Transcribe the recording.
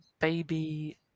baby